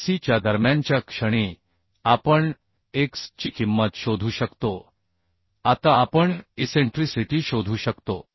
BC च्या दरम्यानच्या क्षणी आपण x ची किंमत शोधू शकतो आता आपण इसेंट्रिसिटी शोधू शकतो